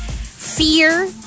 fear